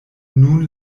nun